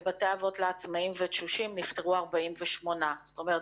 בבתי האבות לעצמאיים ולתשושים נפטרו 48. זאת אומרת,